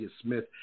Smith